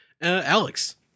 Alex